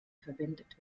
verwendet